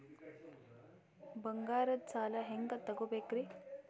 ಬಂಗಾರದ್ ಸಾಲ ಹೆಂಗ್ ತಗೊಬೇಕ್ರಿ?